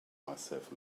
myself